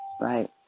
Right